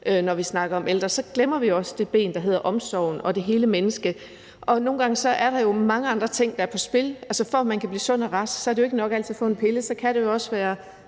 når vi snakker om ældre, glemmer vi også den del, der handler om omsorgen og det hele menneske. Og nogle gange er der jo mange andre ting, der er på spil. For at man kan blive sund og rask, er det ikke altid nok at få en pille – så kan det også være